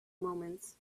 moments